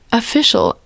official